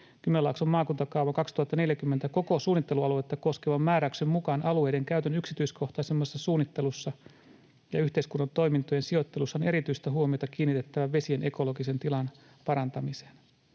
Kymenlaakson maakuntakaavan 2040 koko suunnittelualuetta koskevan määräyksen mukaan alueiden käytön yksityiskohtaisemmassa suunnittelussa ja yhteiskunnan toimintojen sijoittelussa on erityistä huomiota kiinnitettävä vesien ekologisen tilan parantamiseen.